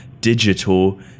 digital